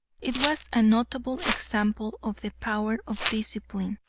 it was a notable example of the power of discipline,